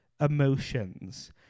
emotions